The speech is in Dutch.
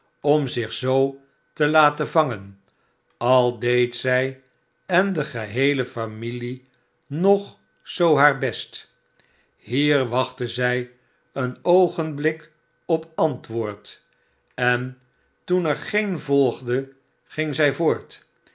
om zich zoo te laten vangen al deed zij en de geheele familie nog zoo haar best hier wachtte zij een oogenblik op antwoord en toen er geen volgde ging zij voort